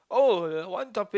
oh the one topic